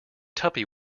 tuppy